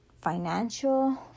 financial